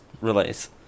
release